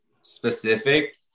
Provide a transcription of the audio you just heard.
specific